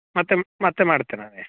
ಮತ್ತೆ ಮತ್ತೆ ಮಾಡ್ತೆ ನಾನೇ